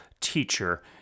teacher